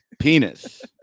penis